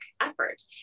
effort